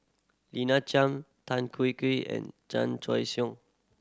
Lina Chiam Tan Kian Kian and Chan